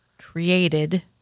created